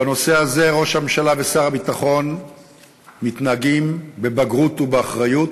בנושא הזה ראש הממשלה ושר הביטחון מתנהגים בבגרות ובאחריות.